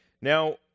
Now